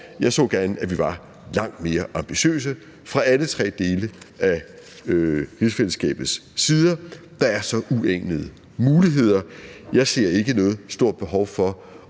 eneste år – at vi var langt mere ambitiøse fra alle tre dele af rigsfællesskabets sider. Der er så uanede muligheder. Jeg ser ikke noget stort behov for